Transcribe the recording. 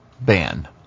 ban